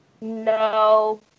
No